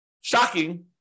shocking